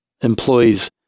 employees